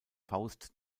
faust